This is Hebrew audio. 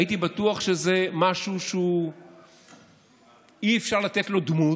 הייתי בטוח שזה משהו שאי-אפשר לתת לו דמות,